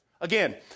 Again